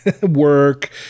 work